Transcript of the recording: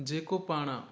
जे को पाणि